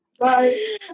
bye